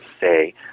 say